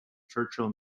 churchill